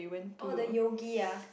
orh the yogi ah